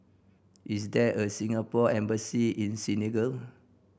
is there a Singapore Embassy in Senegal